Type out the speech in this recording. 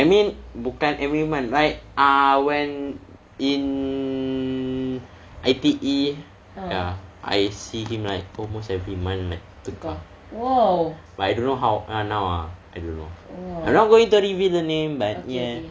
I mean bukan every month right ah when in I_T_E ya I see him like almost every month like tukar but I don't know how ah now ah I don't know I'm not going to reveal the name but ya